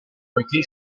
poiché